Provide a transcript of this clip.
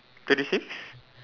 thirty six